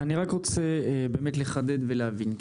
אני רק רוצה באמת לחדד ולהבין.